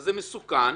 זה מסוכן.